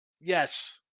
Yes